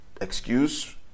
excuse